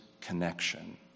connection